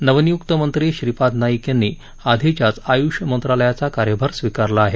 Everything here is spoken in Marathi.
नवनियुक्त मंत्री श्रीपाद नाईक यांनी आधीच्याच आय्ष मंत्रालयाचा कार्यभार स्वीकारला आहे